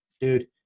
Dude